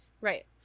Right